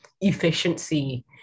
efficiency